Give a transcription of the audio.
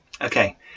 Okay